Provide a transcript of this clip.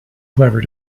clever